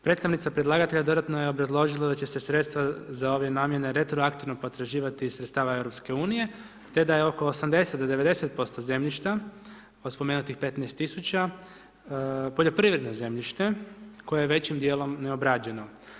Predstavnica predlagatelja dodatno je obrazložila da će se sredstva za ove namjene retroaktivno potraživati iz sredstva Europske unije, te da je oko 80 do 90% zemljišta, od spomenutih 15000, poljoprivredno zemljište koje je većim dijelom neobrađeno.